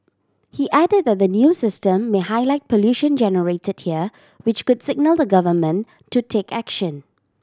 he added that the new system may highlight pollution generated here which could signal the Government to take action